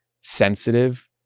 sensitive